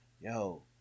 yo